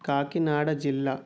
కాకినాడ జిల్లా